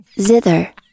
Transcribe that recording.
Zither